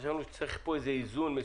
כי חשבנו שצריך פה איזה שהוא איזון.